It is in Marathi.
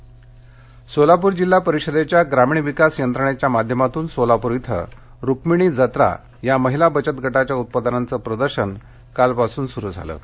प्रदर्शन सोलापूर जिल्हा परिषदेच्या ग्रामीण विकास यंत्रणेच्या माध्यमातून सोलापूर इथं रुक्मिणी जत्रा या महिला बचत गटाच्या उत्पादनांचं प्रदर्शन कालपासून सुरू झालं आहे